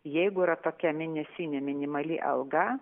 jeigu yra tokia mėnesinė minimali alga